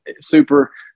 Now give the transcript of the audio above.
super